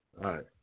right